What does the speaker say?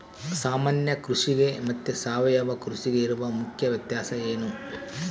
ಸಾಮಾನ್ಯ ಕೃಷಿಗೆ ಮತ್ತೆ ಸಾವಯವ ಕೃಷಿಗೆ ಇರುವ ಮುಖ್ಯ ವ್ಯತ್ಯಾಸ ಏನು?